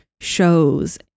shows